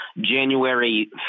January